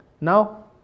Now